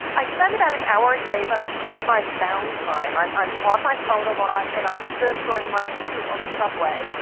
i spend about an hour a day, but i use my found time. i'm i'm on my phone a lot, and i do this during my commute on the subway,